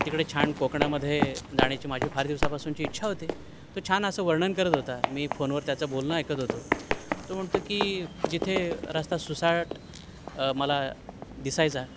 तिकडे छान कोकणामध्ये जाण्याची माझी फार दिवसापासूनची इच्छा होती तो छान असं वर्णन करत होता मी फोनवर त्याचं बोलणं ऐकत होतो तो म्हणतो की जिथे रस्ता सुसाट मला दिसायचा